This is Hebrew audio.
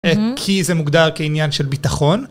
כי זה מוגדר כעניין של ביטחון.